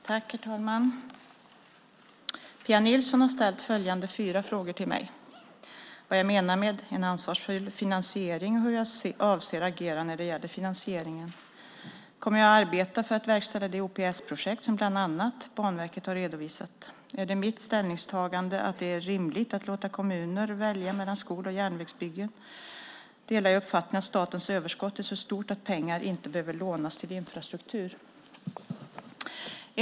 Herr talman! Pia Nilsson har ställt följande fyra frågor till mig: 1. Vad menar jag med en ansvarsfull finansiering och hur avser jag att agera när det gäller finansieringen? 2. Kommer jag att arbeta för att verkställa de OPS-projekt som bland annat Banverket har redovisat? 3. Är det mitt ställningstagande att det är rimligt att låta kommuner välja mellan skol och järnvägsbyggen? 4. Delar jag uppfattningen att statens överskott är så stort att pengar inte behöver lånas till infrastruktursatsningar?